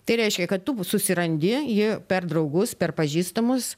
tai reiškia kad tu susirandi jį per draugus per pažįstamus